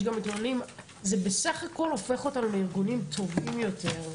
יש גם מתלוננים זה בסך הכול הופך אותנו לארגונים טובים יותר.